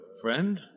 friend